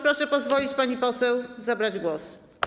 Proszę pozwolić pani poseł zabrać głos.